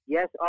Yes